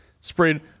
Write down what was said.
sprayed